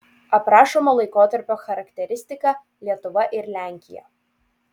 aprašomo laikotarpio charakteristika lietuva ir lenkija